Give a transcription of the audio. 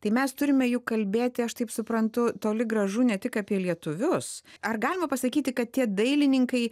tai mes turime juk kalbėti aš taip suprantu toli gražu ne tik apie lietuvius ar galima pasakyti kad tie dailininkai